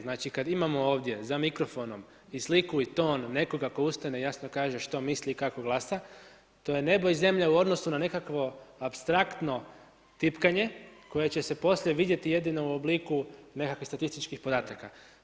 Znači kada imamo ovdje za mikrofonom i sliku i ton nekoga tko ustane, jasno kaže što misli i kako glasa to je nebo i zemlja u odnosu na nekakvo apstraktno tipkanje koje će se poslije vidjeti jedino u obliku nekakvih statističkih podataka.